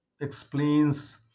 explains